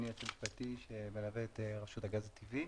אני היועץ המשפטי שמלווה את רשות הגז הטבעי.